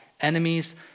enemies